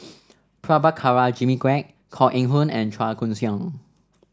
Prabhakara Jimmy Quek Koh Eng Hoon and Chua Koon Siong